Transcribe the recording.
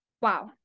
Wow